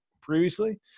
previously